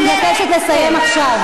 אני מבקשת לסיים עכשיו.